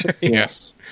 Yes